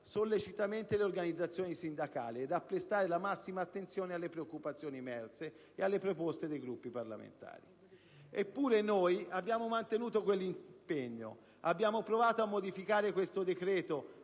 sollecitamente le organizzazioni sindacali ed a prestare la massima attenzione alle preoccupazioni emerse e alle proposte dei Gruppi parlamentari. Eppure noi abbiamo mantenuto quell'impegno, abbiamo provato a modificare questo decreto